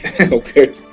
Okay